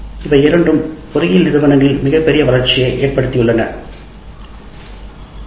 இவை இரண்டும் பொறியியலின் மிகப்பெரிய வளர்ச்சியை ஏற்படுத்தியுள்ளன நிறுவனம்